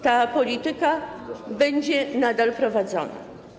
Ta polityka będzie nadal prowadzona.